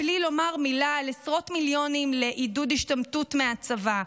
בלי לומר מילה על עשרות מיליונים לעידוד השתמטות מהצבא.